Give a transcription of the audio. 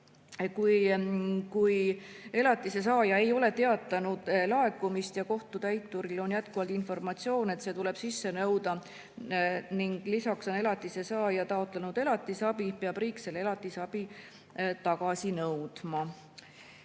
kui elatise saaja ei ole teatanud laekumisest ja kohtutäituril on jätkuvalt informatsioon, et see tuleb sisse nõuda, ning lisaks on elatise saaja taotlenud elatisabi, peab riik selle elatisabi tagasi nõudma.